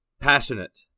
passionate